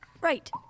Right